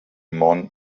món